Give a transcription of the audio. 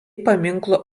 paminklų